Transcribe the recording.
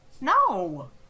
No